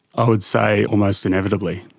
i would say almost inevitably,